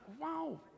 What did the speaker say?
wow